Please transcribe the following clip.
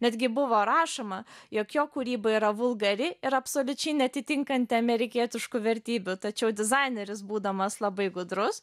netgi buvo rašoma jog jo kūryba yra vulgari ir absoliučiai neatitinkanti amerikietiškų vertybių tačiau dizaineris būdamas labai gudrus